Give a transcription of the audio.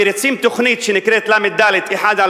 מריצים תוכנית שנקראת לד/1/220.